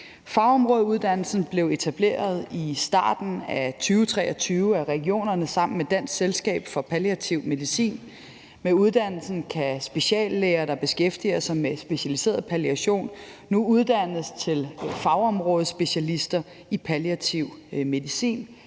Fagområdeuddannelsen blev etableret i starten af 2023 af regionerne sammen med Dansk Selskab for Palliativ Medicin. Med uddannelsen kan speciallæger, der beskæftiger sig med specialiseret palliation, nu uddannes til fagområdespecialister i palliativ medicin.